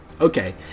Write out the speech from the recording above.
Okay